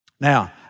now